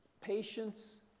patience